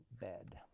bed